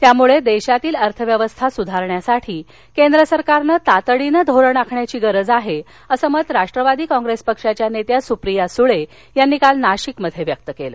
त्यामुळे देशातील अर्थव्यवस्था सुधारण्यासाठी केंद्र सरकारने तातडीने धोरण आखण्याची गरज आहे असे मत राष्ट्रवादी काँग्रेस पक्षाच्या नेत्या सुप्रिया सुळे यांनी काल नाशिकमध्ये व्यक्त केलं